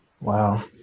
Wow